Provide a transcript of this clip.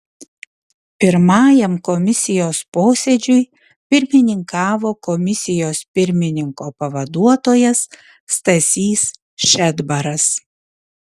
pirmajam komisijos posėdžiui pirmininkavo komisijos pirmininko pavaduotojas stasys šedbaras